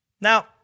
Now